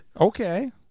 Okay